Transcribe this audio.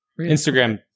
Instagram